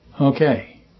Okay